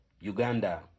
Uganda